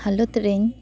ᱦᱟᱞᱚᱛᱨᱮᱧ